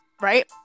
Right